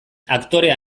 aktorea